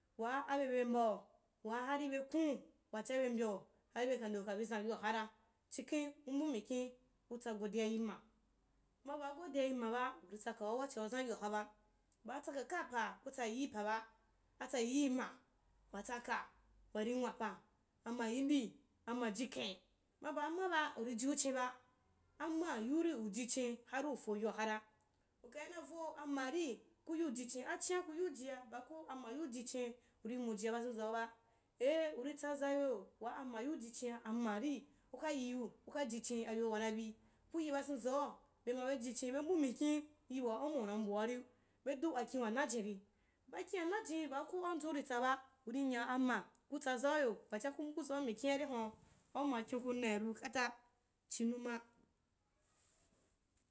Waa abe be mbau, waa hari be kun, wachia be mbyau hari beka ndei, kab, zhan yoa kara chikhen u mba mikin utsa godiya yi ma, ma baa godiya yi maba uri tsakau wachia u zhan yoa haba, baa tsakakapa ko tsayiyipaba, atsayiyima watsaka, wari uwanpa, amayindi, amajkhen, ma baa ma ba uri jiuchin ba, ama yiuri ujichin, hari uko yoa kara, ukai navo amaari kuyiu ujichin, achin’a kuyiu ejia baako ama yiu jichin uri muji ba bazhezauba, eh uri tsazaiyo waa amayiu jichina, amaari kukayiu uka jichin ayo wanabi, kuyi bahezau bema be jichin be mbumikin yi waa auma una mbuari, bedu akin wanajinni, akin wana jinni baa ko au nzau uritsaba, urinya ama ku tsazauyo wachia ku mbu zau mikin’a ria hun’a auma kin’u ku nai ru kata chin uma